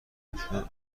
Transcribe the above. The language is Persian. نشدن